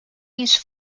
use